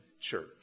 church